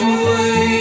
away